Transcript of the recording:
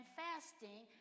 fasting